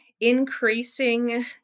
increasing